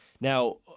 Now